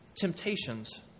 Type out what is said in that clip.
temptations